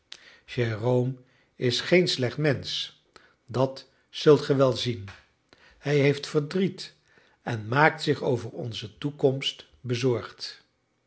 jérôme is geen slecht mensch dat zult ge wel zien hij heeft verdriet en maakt zich over onze toekomst bezorgd